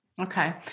Okay